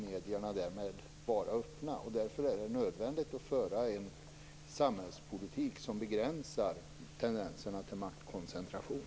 Medierna borde vara öppna. Därför är det nödvändigt att föra en samhällspolitik som begränsar tendenserna till maktkoncentration.